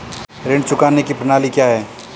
ऋण चुकाने की प्रणाली क्या है?